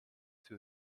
too